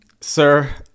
Sir